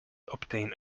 obtain